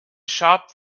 shop